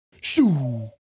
Shoo